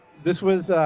this was